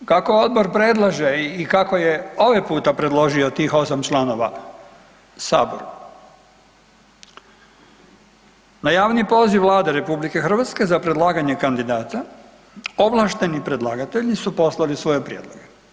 Kako odbor predlaže i kako je ovaj puta predložio tih 8 članova Saboru na javni poziv Vlade RH za predlaganje kandidata ovlašteni predlagatelji su poslali svoje prijedloge.